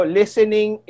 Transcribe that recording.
listening